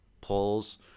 polls